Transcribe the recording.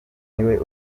niwe